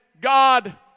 God